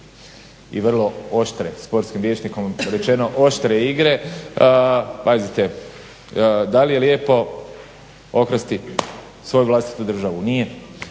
i vrlo oštre, sportskim rječnikom rečeno oštre igre. Pazite, da li je lijepo okrasti svoju vlastitu državu? Nije.